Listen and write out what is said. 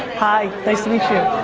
hi, nice to meet you.